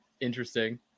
Interesting